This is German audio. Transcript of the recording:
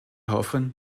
hoffen